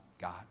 God